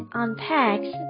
unpacks